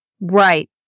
Right